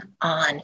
on